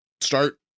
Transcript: start